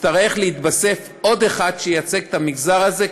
יצטרך להתווסף עוד אחד שייצג את המגזר הזה,